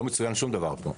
לא מצוין שום דבר פה.